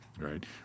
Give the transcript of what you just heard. Right